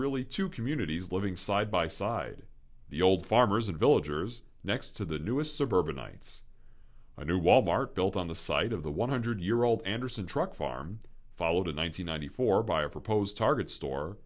really two communities living side by side the old farmers and villagers next to the newest suburbanites a new wal mart built on the site of the one hundred year old anderson truck farm followed in one thousand nine hundred four by a proposed target store